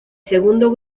segundo